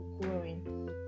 growing